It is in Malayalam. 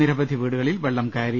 നിരവധി വീടുകളിൽ വെള്ളം കയറി